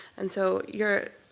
and so your